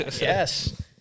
Yes